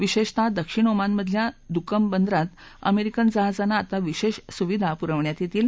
विशाप्तिः दक्षिण ओमनमधल्या दुकम बंदरात अमरिक्रिन जहाजांना आता विशा सुविधा पुरवण्यात यशील